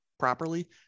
properly